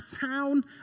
town